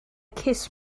kiss